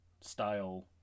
style